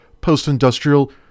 Post-Industrial